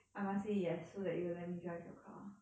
I must say yes so that you will let me drive your car